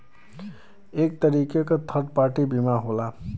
एक तरीके क थर्ड पार्टी बीमा होला